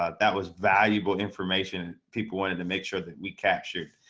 ah that was valuable information people wanted to make sure that we captured